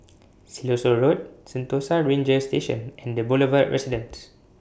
Siloso Road Sentosa Ranger Station and The Boulevard Residence